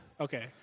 Okay